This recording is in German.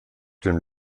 dem